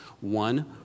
One